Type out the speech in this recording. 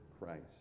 Christ